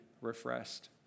refreshed